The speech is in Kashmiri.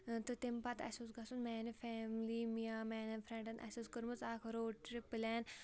تہٕ تَمہِ پَتہٕ اَسہِ اوس گژھُن میانہِ فیملی یا میانٮ۪ن فرینڈن اَسہِ ٲس کٔرمٕژ اکھ روڈ ٹرپ پٕلین